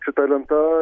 šita lenta